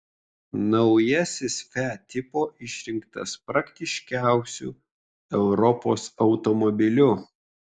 naujasis fiat tipo išrinktas praktiškiausiu europos automobiliu